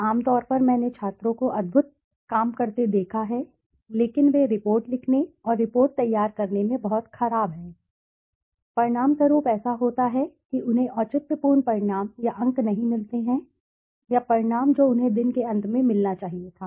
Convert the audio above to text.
आम तौर पर मैंने छात्रों को अद्भुत काम करते देखा है लेकिन वे रिपोर्ट लिखने और रिपोर्ट तैयार करने में बहुत खराब हैं परिणामस्वरूप ऐसा होता है कि उन्हें औचित्यपूर्ण परिणाम या अंक नहीं मिलते हैं या परिणाम जो उन्हें दिन के अंत में मिलना चाहिए था